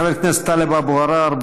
חבר הכנסת טלב אבו עראר,